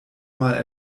mal